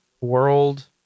world